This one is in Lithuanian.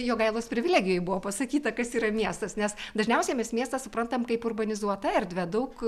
jogailos privilegijoj buvo pasakyta kas yra miestas nes dažniausiai mes miestą suprantam kaip urbanizuotą erdvę daug